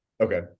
okay